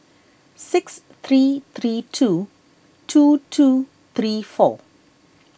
six three three two two two three four